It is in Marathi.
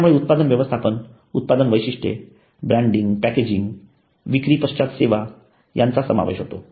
त्यामुळे उत्पादन व्यवस्थापन उत्पादन वैशिष्ट्ये ब्रँडिंग पॅकेजिंग विक्री पश्चात सेवा यांचा समावेश होतो